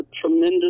tremendous